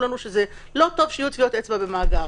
לנו שלא טוב שיהיו טביעות אצבע במאגר,